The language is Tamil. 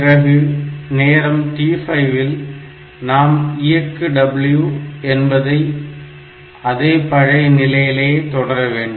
பிறகு நேரம் t5 இல் நாம் இயக்கு W என்பதை அதே பழைய நிலையிலேயே தொடர வேண்டும்